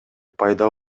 пайда